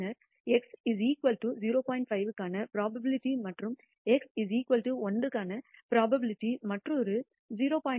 5 க்கான புரோபாபிலிடி மற்றும் x 1 க்கான புரோபாபிலிடி மற்றொரு 0